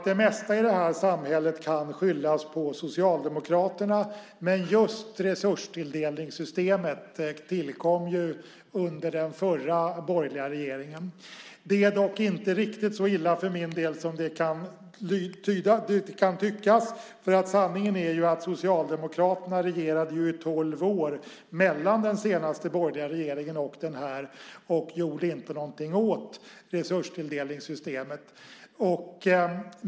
Det mesta i det här samhället kan skyllas på Socialdemokraterna, men just resurstilldelningssystemet tillkom under den förra, borgerliga regeringen. Det är dock inte riktigt så illa för min del som det kan tyckas, för sanningen är att Socialdemokraterna regerade i tolv år, mellan den senaste borgerliga regeringen och den nuvarande, och inte gjorde någonting åt resurstilldelningssystemet.